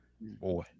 Boy